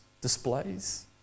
displays